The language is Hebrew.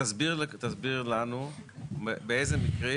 תסביר לנו באיזה מקרים.